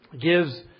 gives